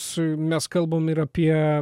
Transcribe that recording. su mes kalbam ir apie